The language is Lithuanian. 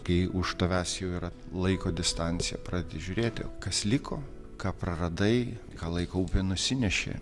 kai už tavęs jau yra laiko distancija pradedi žiūrėti o kas liko ką praradai ką laiko upė nusinešė